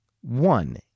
one